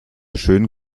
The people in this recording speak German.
schön